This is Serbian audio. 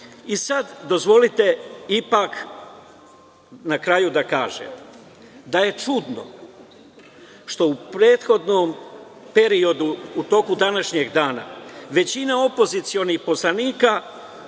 pravosuđa. Dozvolite, na kraju, da kažem da je čudno što u prethodnom periodu, u toku današnjeg dana, većina opozicionih poslanika